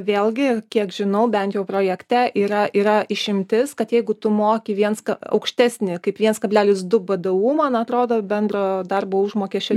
vėlgi kiek žinau bent jau projekte yra yra išimtis kad jeigu tu moki viens ka aukštesnį kaip viens kablelis du bdu man atrodo bendro darbo užmokesčio